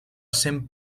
sent